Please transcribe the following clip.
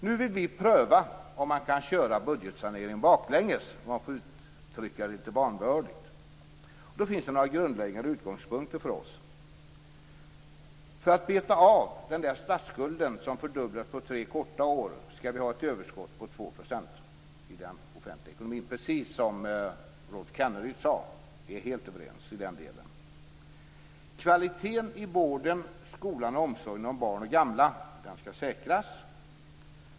Nu vill vi pröva om man kan köra budgetsaneringen baklänges, om jag får uttrycka det lite vanvördigt. Då finns det några grundläggande utgångspunkter för oss. För att beta av statsskulden, som fördubblades på tre korta år, skall vi ha ett överskott på 2 % i den offentliga ekonomin, precis som Rolf Kenneryd sade. Vi är helt överens i den delen. Kvaliteten i vården, skolan och omsorgen om barn och gamla skall säkras.